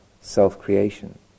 self-creation